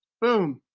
boom.